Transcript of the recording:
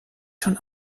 schon